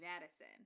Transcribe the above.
Madison